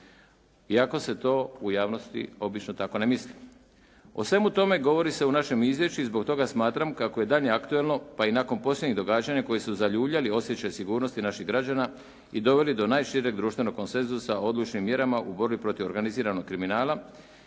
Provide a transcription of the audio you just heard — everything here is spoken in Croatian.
iako se to u javnosti obično tako ne misli. O svemu tome govori se u našem izvješću i zbog toga smatram kako je i dalje aktualno pa i nakon posljednjih događanja koji su zaljuljali osjećaj sigurnosti naših građana i doveli do najšireg društvenog konsenzusa odlučnim mjerama u borbi protiv organiziranog kriminala